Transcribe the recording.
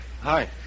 Hi